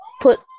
put